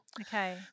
Okay